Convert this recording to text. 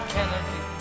Kennedy